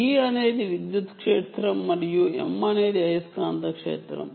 E అనేది విద్యుత్ క్షేత్రం మరియు M అనేది అయస్కాంత క్షేత్రం